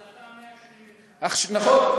החלטה 181. נכון.